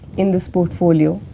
in this portfolio.